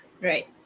right